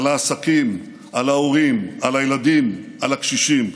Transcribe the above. על העסקים, על ההורים, על הילדים, על הקשישים.